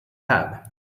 have